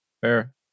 fair